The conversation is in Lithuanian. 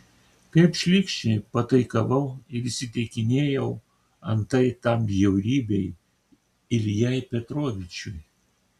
kaip šlykščiai pataikavau ir įsiteikinėjau antai tam bjaurybei iljai petrovičiui